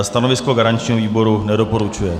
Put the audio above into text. Stanovisko garančního výboru: nedoporučuje.